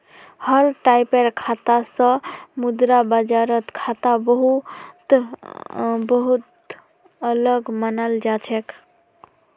हर टाइपेर खाता स मुद्रा बाजार खाता बहु त अलग मानाल जा छेक